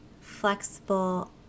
flexible